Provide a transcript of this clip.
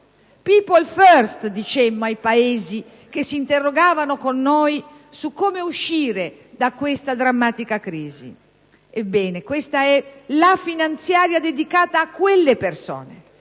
"*People first*", dicemmo ai Paesi che si interrogavano con noi su come uscire da questa drammatica crisi. Ebbene, questa è la finanziaria dedicata a quelle persone,